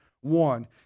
One